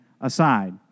aside